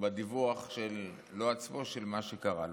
והדיווח שלו עצמו של מה שקרה לו.